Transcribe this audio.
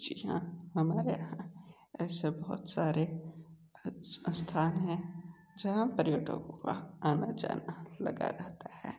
जी हाँ हमारे यहाँ ऐसे बहुत सारे स्थान हैं जहाँ पर पर्यटकों का आना जाना लगा रहता है